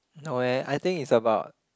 no eh I think it's about